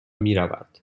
میرود